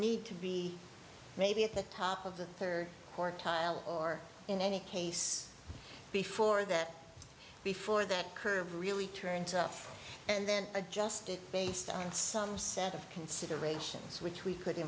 need to be maybe at the top of the third or tile or in any case before that before that curve really turns up and then adjust it based on some set of considerations which we could